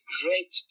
great